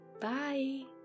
Bye